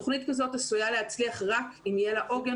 תוכנית כזאת עשויה להצליח רק אם יהיה לה עוגן